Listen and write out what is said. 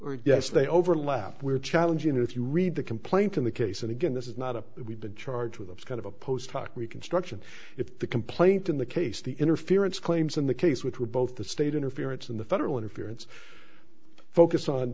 or yes they overlap we're challenging if you read the complaint in the case and again this is not a we've been charged with a kind of a post hoc reconstruction if the complaint in the case the interference claims in the case which were both the state interference in the federal interference focused on